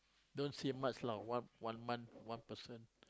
don't say much lah one one month one person